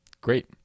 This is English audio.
Great